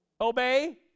Obey